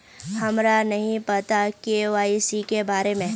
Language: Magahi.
हमरा नहीं पता के.वाई.सी के बारे में?